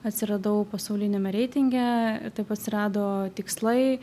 atsiradau pasauliniame reitinge taip atsirado tikslai